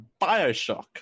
BioShock